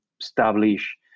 establish